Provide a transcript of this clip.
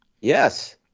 Yes